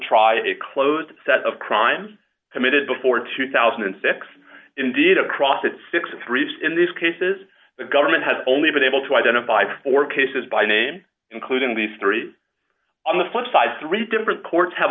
try a closed set of crimes committed before two thousand and six indeed across it six hundred and thirty six in these cases the government has only been able to identify or cases by name including these three on the flipside three different courts have